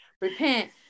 repent